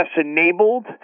enabled